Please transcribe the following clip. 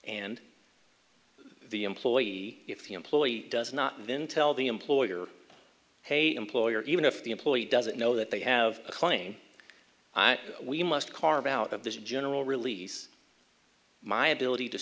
and the employee if the employee does not and then tell the employer hey employer even if the employee doesn't know that they have a claim i we must carve out of this general release my ability to